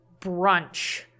Brunch